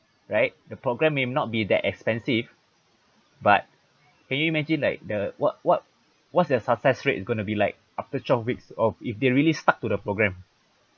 right the program may not be that expensive but can you imagine like the what what what's the success rate is going to be like after twelve weeks of if they really stuck to the programme